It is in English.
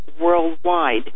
worldwide